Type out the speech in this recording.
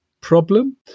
problem